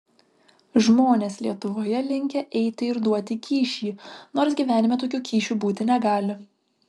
žmonės lietuvoje linkę eiti ir duoti kyšį nors gyvenime tokių kyšių būti negali